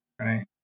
right